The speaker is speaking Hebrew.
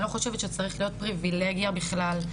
אני לא חושבת שזאת צריכה להיות פריבילגיה בכלל,